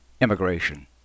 immigration